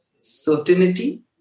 certainty